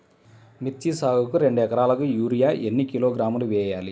మిర్చి సాగుకు రెండు ఏకరాలకు యూరియా ఏన్ని కిలోగ్రాములు వేయాలి?